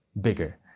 bigger